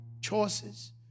choices